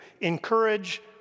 Encourage